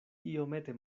iomete